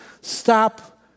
stop